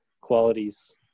qualities